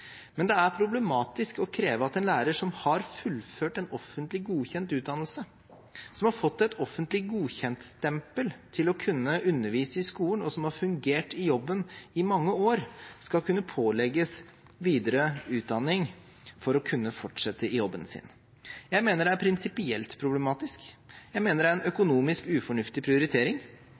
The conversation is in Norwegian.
Men det er problematisk å kreve at en lærer som har fullført en offentlig godkjent utdannelse, som har fått et offentlig godkjent-stempel til å kunne undervise i skolen, og som har fungert i jobben i mange år, skal kunne pålegges videre utdanning for å kunne fortsette i jobben sin. Jeg mener det er prinsipielt problematisk, jeg mener det er en økonomisk ufornuftig prioritering,